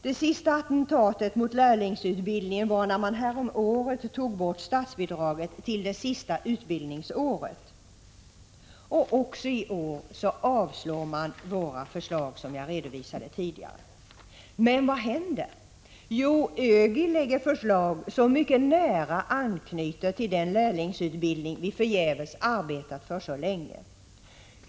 Det sista attentatet mot lärlingsutbildningen var när man häromåret tog bort statsbidraget för det sista utbildningsåret. Också i år avslår man, som jag redovisade tidigare, våra förslag. Men vad händer? Jo, ÖGY lägger fram förslag som mycket nära anknyter till den lärlingsutbildning vi förgäves arbetat för så länge.